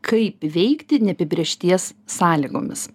kaip veikti neapibrėžties sąlygomis